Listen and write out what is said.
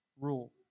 rule